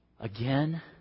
Again